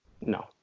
No